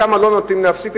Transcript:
שם לא נותנים להפסיק,